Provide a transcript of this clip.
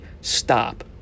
Stop